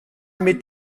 mit